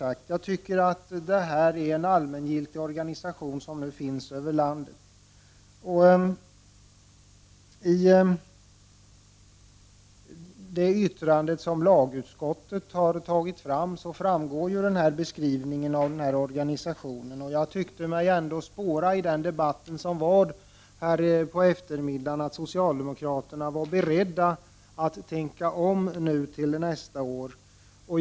Detta är en organisation som är öppen för alla och som finns över hela landet. I lagutskottets yttrande framgår att detta är en riktig beskrivning av organisationen. Och jag tyckte mig ändå spåra, i den debatt som pågick under eftermiddagen, att socialdemokraterna var beredda att tänka om till nästa år.